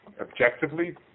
objectively